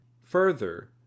further